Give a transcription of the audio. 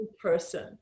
person